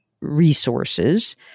resources